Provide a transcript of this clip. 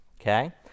okay